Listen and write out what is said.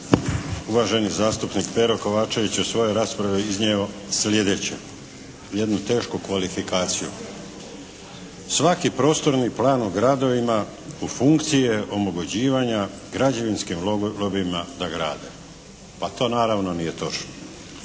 uvaženi zastupnik Pero Kovačević je u svojoj raspravi iznio slijedeće, jednu tešku kvalifikaciju. Svaki prostorni plan u gradovima u funkciji je omogućivanja građevinskim lobijima da grade, a to naravno nije točno.